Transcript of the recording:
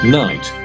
night